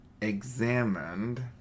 examined